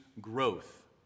growth